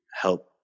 help